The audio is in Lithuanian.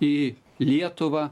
į lietuvą